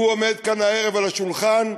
הוא עומד כאן הערב על השולחן.